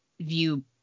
view